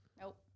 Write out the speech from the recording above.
Nope